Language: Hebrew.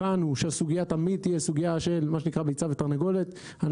הבנו שזו סוגיה של ביצה ותרנגולת אני